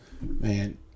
Man